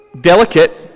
delicate